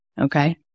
okay